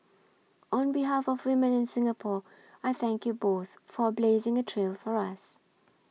on behalf of women in Singapore I thank you both for blazing a trail for us